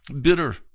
bitter